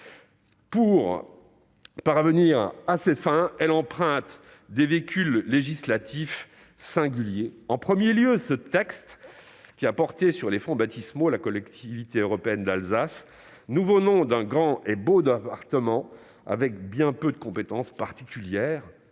Pour parvenir à leurs fins, des véhicules législatifs singuliers sont empruntés, comme le texte qui a porté sur les fonts baptismaux la Collectivité européenne d'Alsace, nouveau nom d'un grand et beau département possédant bien peu de compétences particulières